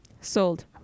Sold